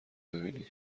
ببینی